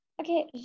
Okay